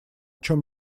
чем